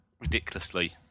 ridiculously